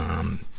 um,